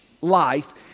life